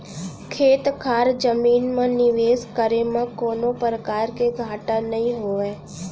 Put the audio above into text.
खेत खार जमीन म निवेस करे म कोनों परकार के घाटा नइ होवय